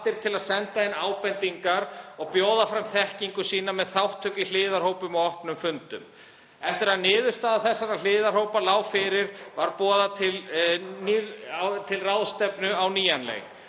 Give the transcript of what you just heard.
til að senda inn ábendingar og bjóða fram þekkingu sína með þátttöku í hliðarhópum á opnum fundum. Eftir að niðurstaða þessara hliðarhópa lá fyrir var boðað til ráðstefnu á nýjan leik